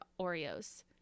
Oreos